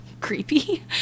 creepy